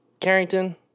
Carrington